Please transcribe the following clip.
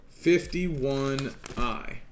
51I